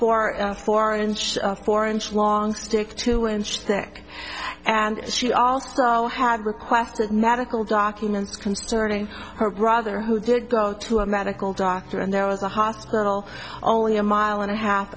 for four inch four inch long stick two inch thick and she also had requested medical documents concerning her brother who did go to a medical doctor and there was a hospital only a mile and a half